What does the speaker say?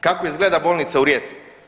Kako izgleda bolnica u Rijeci?